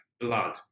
blood